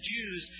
Jews